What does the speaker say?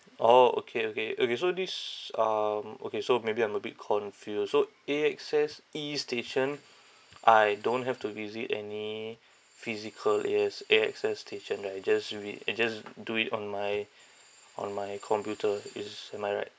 orh okay okay okay so this um okay so maybe I'm a bit confused so A_X_S E station I don't have to visit any physical A_S~ A_X_S station right just do it uh just do it on my on my computer is am I right